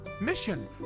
mission